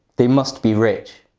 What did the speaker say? they must be rich.